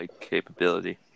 capability